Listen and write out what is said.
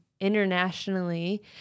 internationally